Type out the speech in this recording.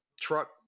truck